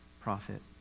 prophet